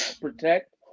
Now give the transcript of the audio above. protect